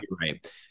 right